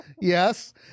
yes